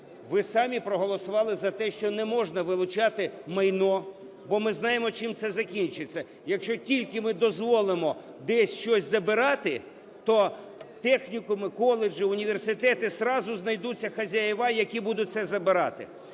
ви самі проголосували за те, що не можна вилучати майно. Бо ми знаємо, чим це закінчиться. Якщо тільки ми дозволимо десь щось забирати, то технікуми, коледжі, університети – зразу знайдуться хазяїни, які будуть це забирати.